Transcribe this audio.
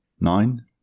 nine